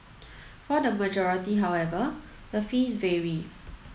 for the majority however the fees vary